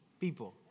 people